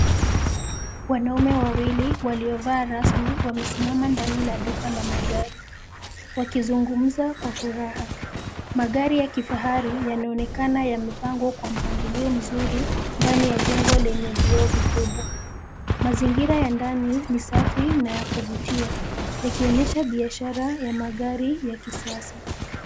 Wanaume wawili waliovaa rasmi wamesimama ndani la duka la magari wakizungumza kwa furaha. Magari ya kifahari yanaonekana yamepangwa kwa mpangilio mzuri ndani ya jengo lenye vioo vikubwa. Mazingira ya ndani ni safi na ya kuvutia, yakionyesha biashara ya magari ya kisasa.